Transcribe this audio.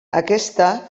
aquesta